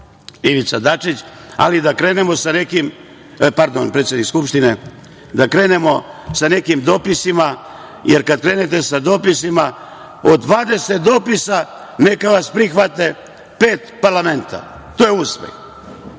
Ivica Dačić, ni Odalović, ni predsednik Srbije, ali da krenemo sa nekim dopisima, jer kad krenete sa dopisima, od 20dopisa neka vas prihvati pet parlamenta. To je uspeh.